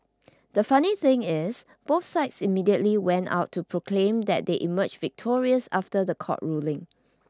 the funny thing is both sides immediately went out to proclaim that they emerged victorious after the court ruling